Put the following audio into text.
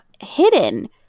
hidden